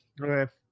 okay